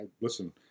Listen